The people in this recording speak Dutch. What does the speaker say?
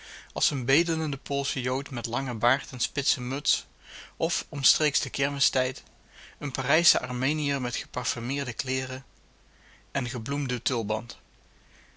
als een bedelende poolsche jood met langen baard en spitse muts of omstreeks den kermistijd een parijsche armeniër met geparfumeerde kleederen en gebloemden tulband